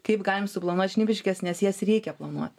kaip galim suplanuot šnipiškes nes jas reikia planuot